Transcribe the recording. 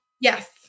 Yes